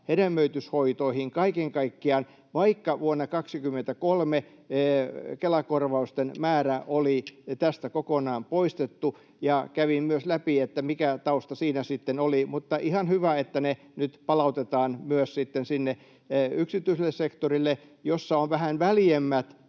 hedelmöityshoitoihin kaiken kaikkiaan, vaikka vuonna 23 Kela-korvausten määrä oli tästä kokonaan poistettu. Ja kävin myös läpi, että mikä tausta siinä sitten oli. Mutta ihan hyvä, että ne nyt palautetaan myös sinne yksityiselle sektorille, jossa on vähän väljemmät